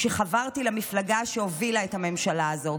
כשחברתי למפלגה שהובילה את הממשלה הזו.